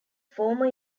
former